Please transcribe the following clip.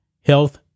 health